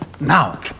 now